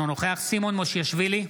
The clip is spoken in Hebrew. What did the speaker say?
אינו נוכח סימון מושיאשוילי,